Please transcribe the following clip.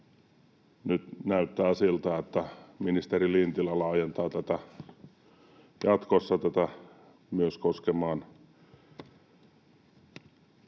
Nyt näyttää siltä, että ministeri Lintilä laajentaa tätä jatkossa myös koskemaan